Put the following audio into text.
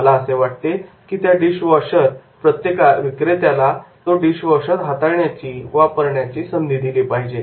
मला असे वाटते की त्या डिश वॉशर विक्रेत्याला तो डिश वॉशर हाताळण्याची वापरण्याची संधी दिली पाहिजे